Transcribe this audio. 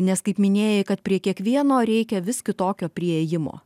nes kaip minėjai kad prie kiekvieno reikia vis kitokio priėjimo